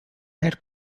head